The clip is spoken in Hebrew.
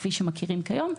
כפי שמכירים כיום,